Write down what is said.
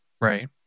Right